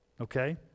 Okay